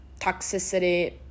toxicity